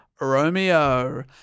Romeo